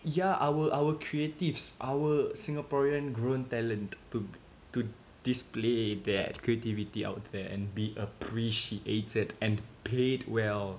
yeah our our creatives our singaporean grown talent to to display their creativity out there and be appreciated and paid well